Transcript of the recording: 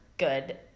Good